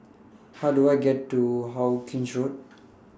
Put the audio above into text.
How Do I get to Hawkinge Road